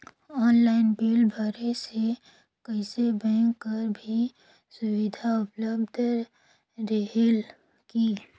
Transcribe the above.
Online bill भरे से कइसे बैंक कर भी सुविधा उपलब्ध रेहेल की?